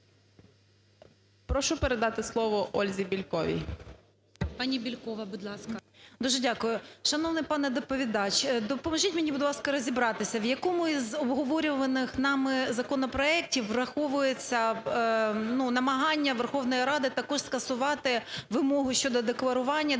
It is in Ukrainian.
Прошу передати слово Ользі Бєльковій.